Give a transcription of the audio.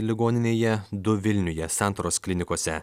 ligoninėje du vilniuje santaros klinikose